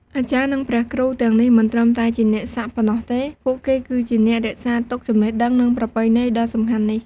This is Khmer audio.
អាចារ្យ និងព្រះគ្រូទាំងនេះមិនត្រឹមតែជាអ្នកសាក់ប៉ុណ្ណោះទេ ពួកគេគឺជាអ្នករក្សាទុកចំណេះដឹង និងប្រពៃណីដ៏សំខាន់នេះ។